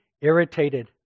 irritated